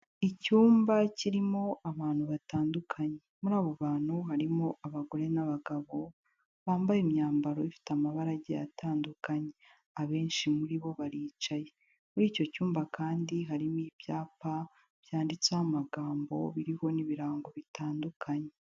Icyumba kirimo abantu batandukanye. Muri abo bantu harimo abagore n'abagabo, bambaye imyambaro ifite amabara agiye atandukanye, abenshi muri bo baricaye, muri icyo cyumba kandi harimo ibyapa byanditseho amagambo, biriho n'ibirango bitandukanye.